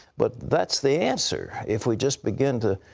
but thats the answer, if we just begin to